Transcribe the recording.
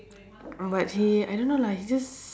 but he I don't know lah he just